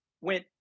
went